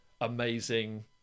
amazing